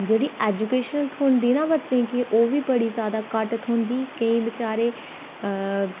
जेह्ड़ी एजुकेशन थ्होंदी ना बच्चें गी ओह् बी बड़ी ज़्यादा घट्ट थ्होंदी केईं बचारे